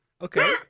Okay